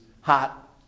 hot